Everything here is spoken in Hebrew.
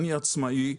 אני עצמאי,